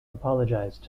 apologised